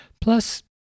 Plus